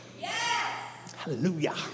Hallelujah